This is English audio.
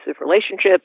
relationships